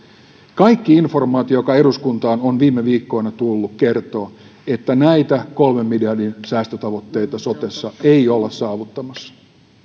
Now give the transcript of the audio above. kaikki informaatio joka eduskuntaan on viime viikkoina tullut kertoo että tätä kolmen miljardin säästötavoitteita sotessa ei olla saavuttamassa